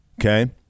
Okay